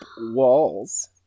walls